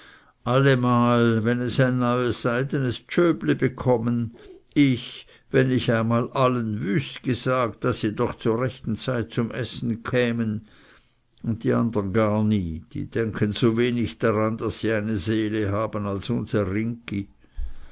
allemal wenn es ein neues seidenes tschöpli bekommen ich wenn ich einmal allen wüst gesagt daß sie doch zur rechten zeit zum essen kämen und die andern gar nie die denken so wenig daran daß sie eine seele haben als unser ringgi